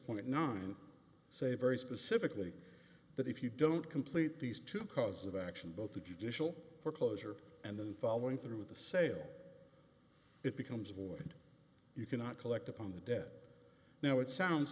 point nine say very specifically that if you don't complete these two cause of action both the judicial foreclosure and then following through with the sale it becomes void and you cannot collect upon the dead now it sounds